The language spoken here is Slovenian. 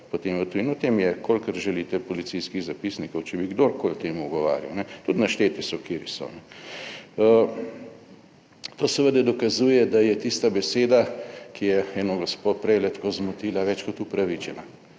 O tem je kolikor želite policijskih zapisnikov, če bi kdorkoli temu ugovarjal, tudi našteti so kateri so. To seveda dokazuje, da je tista beseda, ki je eno gospo prej tako zmotila, več kot upravičena.